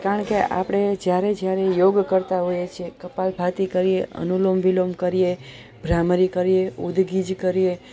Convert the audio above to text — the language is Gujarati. કારણ કે આપણે જ્યારે જ્યારે યોગ કરતા હોઈએ છીએ કપાલભાતી કરીએ અનુલોમવિલોમ કરીએ ભ્રામરી કરીએ ઉદગીજ કરીએ